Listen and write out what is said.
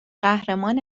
قهرمان